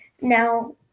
Now